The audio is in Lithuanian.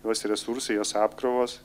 jos resursai jos apkrovos